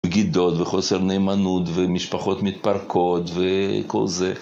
בגידות וחוסר נאמנות ומשפחות מתפרקות וכל זה.